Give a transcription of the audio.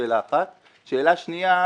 שאלה שנייה,